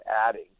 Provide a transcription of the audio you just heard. adding